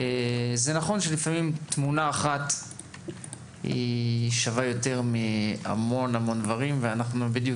זה נכון שלפעמים תמונה אחת שווה יותר מהרבה דברים - ואנחנו בדיוק